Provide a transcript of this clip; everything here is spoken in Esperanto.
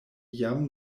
jam